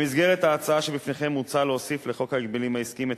במסגרת ההצעה שבפניכם מוצע להוסיף לחוק ההגבלים העסקיים את